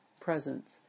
presence